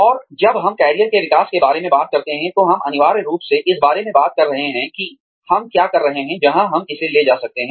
और जब हम कैरियर के विकास के बारे में बात करते हैं तो हम अनिवार्य रूप से इस बारे में बात कर रहे हैं कि हम क्या कर रहे हैं जहां हम इसे ले जा सकते हैं